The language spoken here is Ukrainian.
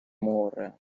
море